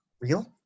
real